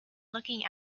looking